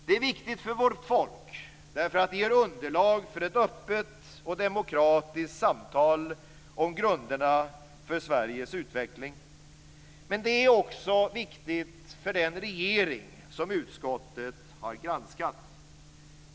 Det är viktigt för vårt folk därför att det ger underlag för ett öppet och demokratiskt samtal om grunderna för Sveriges utveckling, men det är också viktigt för den regering som utskottet har granskat.